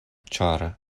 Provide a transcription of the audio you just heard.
ĉar